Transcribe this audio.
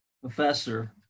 professor